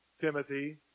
Timothy